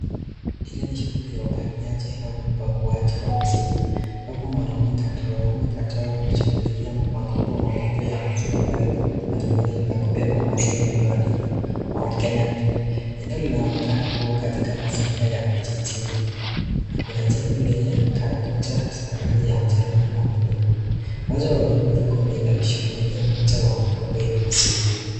Hili ni shughuli ya upakiaji wa maziwa au upakuaji wa maziwa. Ambapo Kuna wanaume kathaa wanashughulikia makobo makubwa ya maziwa karibu na lory la.kubeba maziwa lililoandikwa Mount Kenya Milk. Eneo linaonekana kuwa katika mazingira ya vijijini na Kuna jengo lenye Kuta za rangi ya mchanga na blue mmoja wa wanaume Ako mbele akishughulikia moja ya makoba ya maziwa.